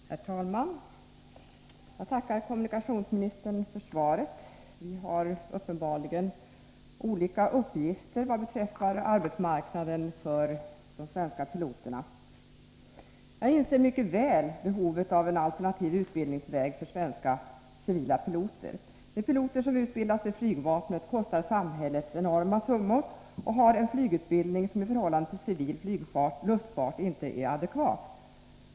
Herr talman! Jag tackar kommunikationsministern för svaret. Vi har uppenbarligen olika uppgifter vad beträffar arbetsmarknaden för de svenska piloterna. Jag inser mycket väl behovet av en alternativ utbildningsväg för svenska civila piloter. De piloter som utbildas vid flygvapnet kostar samhället enorma summor och har en flygutbildning som i förhållande till civil luftfart inte är adekvat.